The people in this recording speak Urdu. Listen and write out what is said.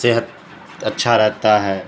صحت اچھا رہتا ہے